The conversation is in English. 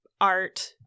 art